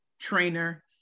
trainer